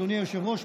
אדוני היושב-ראש,